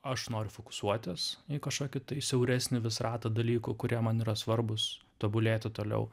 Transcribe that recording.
aš noriu fokusuotis į kažkokį tai siauresnį vis ratą dalykų kurie man yra svarbūs tobulėti toliau